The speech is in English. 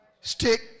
Stick